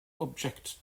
object